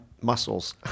muscles